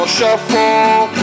Shuffle